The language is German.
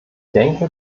denke